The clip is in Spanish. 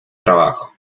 trabajo